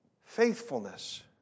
faithfulness